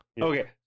Okay